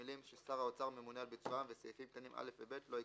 המילים "ששר האוצר ממונה על ביצועם" וסעיפים קטנים (א) ו-(ב) לא יקראו.